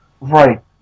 Right